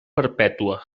perpètua